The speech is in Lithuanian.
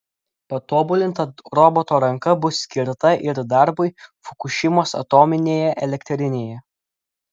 patobulinta roboto ranka bus skirta ir darbui fukušimos atominėje elektrinėje